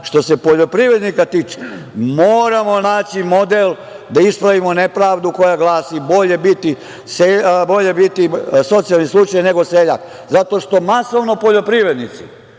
se poljoprivrednika tiče, moramo naći model da ispravimo nepravdu koja glasi - bolje biti socijalni slučaj nego seljak, zato što masovno poljoprivrednici,